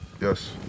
yes